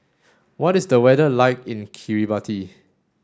what is the weather like in Kiribati